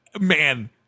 man